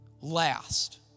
last